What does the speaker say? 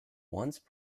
once